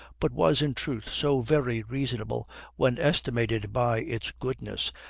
but was, in truth, so very reasonable when estimated by its goodness,